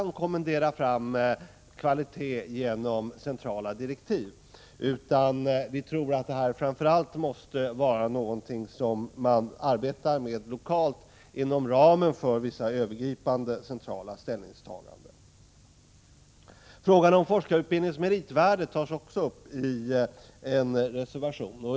kan kommendera fram kvalitet genom centrala direktiv, utan vi tror att man måste arbeta med detta lokalt inom ramen för vissa övergripande centrala ställningstaganden. Frågan om forskarutbildningens meritvärde tas också upp i en reservation.